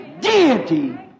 Deity